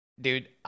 Dude